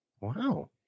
wow